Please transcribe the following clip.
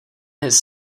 his